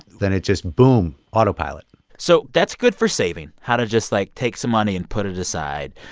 then it just boom autopilot so that's good for saving, how to just, like, take some money and put it aside.